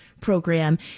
program